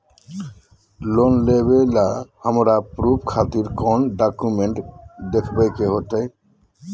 Loan लेबे ला हमरा प्रूफ खातिर कौन डॉक्यूमेंट देखबे के होतई?